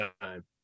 time